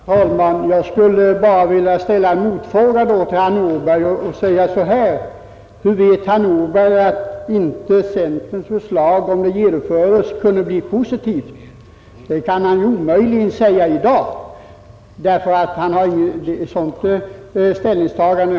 Herr talman! Jag skulle endast vilja ställa en motfråga till herr Nordberg: Hur vet herr Nordberg att centerns förslag, om det genomfördes, inte kunde få positiva effekter? Det kan han omöjligen säga i dag. Han har inte belägg för ett sådant ställningstagande.